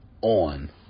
on